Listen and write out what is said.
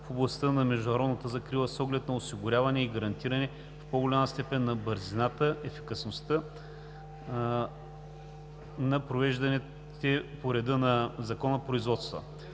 в областта на международната закрила с оглед на осигуряване и гарантиране в по-голяма степен на бързината, ефикасността на провежданите по реда на Закона производства.